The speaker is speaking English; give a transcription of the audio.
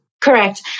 Correct